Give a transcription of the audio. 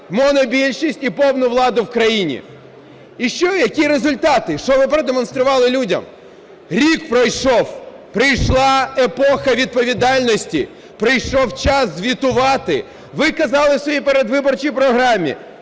монобільшість і повну владу в країні. І що, які результати? Що ви продемонстрували людям? Рік пройшов. Прийшла епоха відповідальності, прийшов час звітувати. Ви казали у своїй передвиборчій програмі,